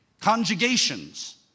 conjugations